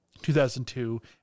2002